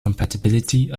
compatibility